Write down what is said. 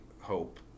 hope